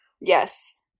Yes